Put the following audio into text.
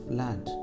land